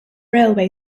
railway